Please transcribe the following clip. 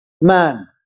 man